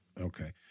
Okay